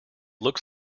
looks